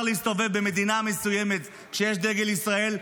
להסתובב במדינה מסוימת כשיש דגל ישראל,